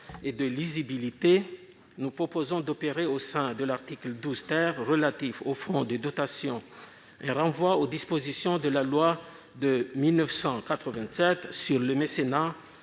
et de lisibilité, nous proposons d'opérer, au sein de l'article 12 relatif aux fonds de dotation, un renvoi aux dispositions de la loi de 1987 sur le mécénat,